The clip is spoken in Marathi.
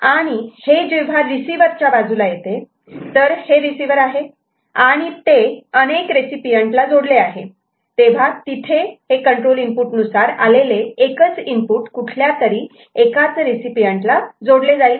आणि हे जेव्हा रिसीवर च्या बाजूला येते तर हे रिसीवर आहे आणि ते अनेक रेसिपीयट ला जोडले आहे तेव्हा तिथे कंट्रोल इनपुट नुसार आलेले एकच इनपुट कुठल्यातरी एकाच रेसिपीयट ला जोडले जाईल